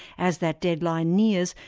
as that deadline nears,